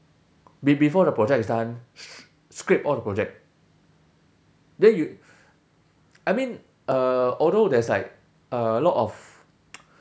be~ before the project is done scrape off the project then you I mean uh although there's like a lot of